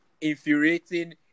infuriating